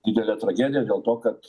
didelė tragedija dėl to kad